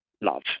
love